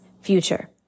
future